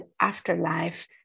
afterlife